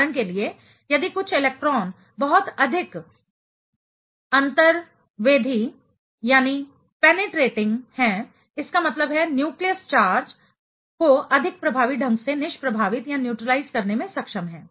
उदाहरण के लिए यदि कुछ इलेक्ट्रॉन बहुत अधिक अंतर्वेधी पेनिट्रेटिंग है इसका मतलब है न्यूक्लियस चार्ज को अधिक प्रभावी ढंग से निष्प्रभावित न्यूट्रेलाइज करने में सक्षम हैं